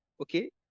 Okay